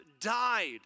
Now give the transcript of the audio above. died